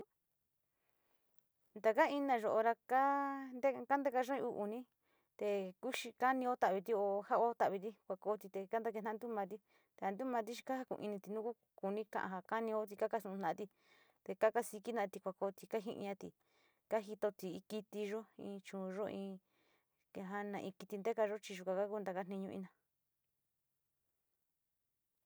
Taka ina yo ora ka kantekayo uu unite kukanio tauti o jaa tauti kua kooti, kanaketa´a ntuu mati, ntuu mati chi kajaku´u initi, nau ku kuni ka´a ja ka´anioti kakostu´u mati te kakasiki kua kooti, kajiati kajitoti kiti yo, in chuunyo in te ja na kiti ntekayo chi yuka gago taka tiño ina.